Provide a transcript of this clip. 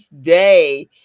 day